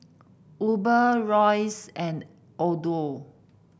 Uber Royce and Odlo